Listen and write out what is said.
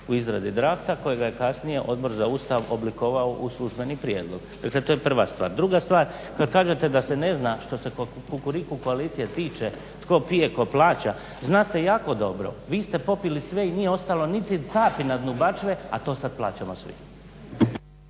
u izradi drafta kojega je kasnije Odbor za Ustav oblikovao u službeni prijedlog. Dakle, to je prva stvar. Druga stvar, kad kažete da se ne zna što se Kukuriku koalicije tiče tko pije, tko plaća, zna se jako dobro. Vi ste popili sve i nije ostalo kapi na dnu bačve a to sad plaćamo svi.